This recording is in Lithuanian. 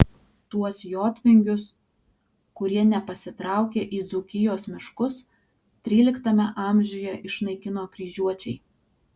tuos jotvingius kurie nepasitraukė į dzūkijos miškus tryliktame amžiuje išnaikino kryžiuočiai